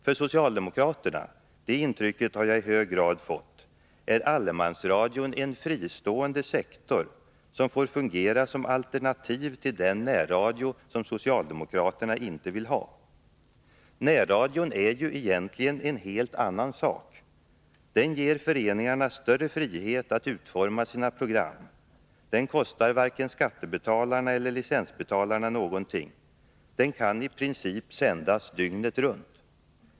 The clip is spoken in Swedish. För socialdemokraterna — det intrycket har jag i hög grad fått — är allemansradion en fristående sektor, som får fungera som alternativ till den närradio som socialdemokraterna inte vill ha. Närradion är ju egentligen en helt annan sak. Den ger föreningarna större frihet att utforma sina program. Den kostar varken skattebetalarna eller licensbetalarna någonting. Den kan i princip sändas dygnet runt.